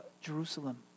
Jerusalem